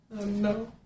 no